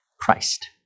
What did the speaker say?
Christ